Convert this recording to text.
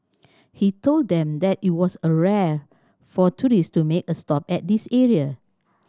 he told them that it was a rare for tourists to make a stop at this area